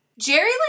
Jerry